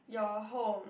your home